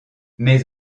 mes